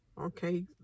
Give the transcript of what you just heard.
okay